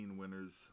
winners